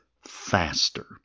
faster